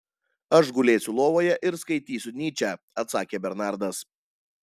aš gulėsiu lovoje ir skaitysiu nyčę atsakė bernardas